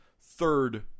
third